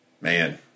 Man